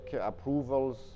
approvals